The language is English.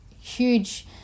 huge